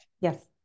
Yes